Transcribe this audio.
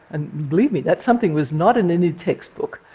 and believe me, that something was not in any textbook.